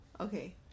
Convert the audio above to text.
okay